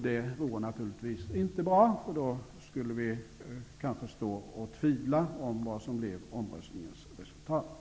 Det vore naturligtvis inte bra, eftersom det då skulle kunna uppstå tvivel om folkomröstningens resultat.